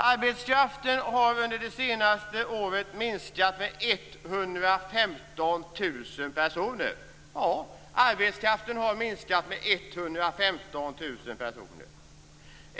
Arbetskraften har under det senaste året minskat med 115 000 personer.